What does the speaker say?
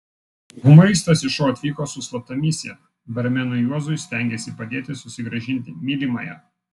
humoristas į šou atvyko su slapta misija barmenui juozui stengėsi padėti susigrąžinti mylimąją